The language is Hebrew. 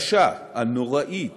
הקשה, הנוראית,